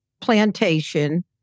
plantation